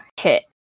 hit